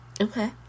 Okay